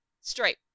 straight